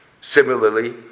Similarly